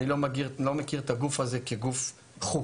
אני לא מכיר את הגוף הזה כגוף חוקי.